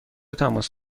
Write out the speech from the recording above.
تماس